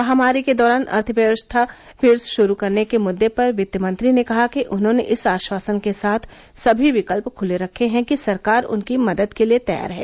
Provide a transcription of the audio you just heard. महामारी के दौरान अर्थव्यवस्था फिर शुरू करने के मुद्दे पर वित्तमंत्री ने कहा कि उन्होंने इस आश्वासन के साथ सभी विकल्प खुले रखे हैं कि सरकार उनकी मदद के लिए तैयार है